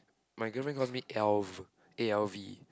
my girlfriend calls me Alv A L V